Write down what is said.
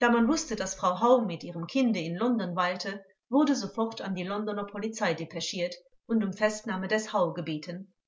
da man wußte daß frau hau mit ihrem kinde in london weilte wurde sofort an die londoner polizei depeschiert und um festnahme des hau gebeten